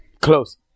Close